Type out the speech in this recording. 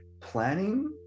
planning